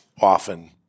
often